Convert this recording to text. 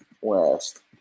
west